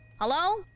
Hello